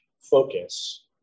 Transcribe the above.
focus